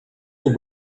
will